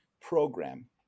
program